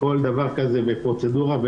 כל דבר כזה זה פרוצדורה,